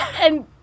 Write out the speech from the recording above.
And-